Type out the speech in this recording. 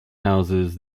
houses